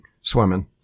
swimming